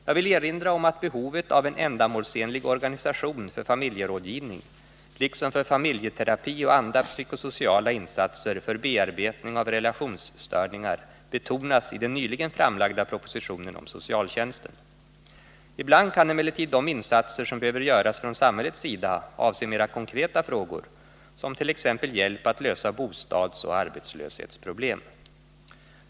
Jag vill erinra om att behovet av en ändamålsenlig organisation för familjerådgivning liksom för familjeterapi och andra psykosociala insatser för bearbetning av relationsstörningar betonas i den nyligen framlagda propositionen om socialtjänsten. Ibland kan emellertid de insatser som behöver göras från samhällets sida avse mera konkreta frågor, såsom t.ex. hjälp att lösa bostadsoch arbetslöshetsproblem.